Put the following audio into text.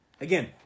Again